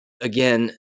Again